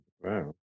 Wow